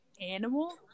animal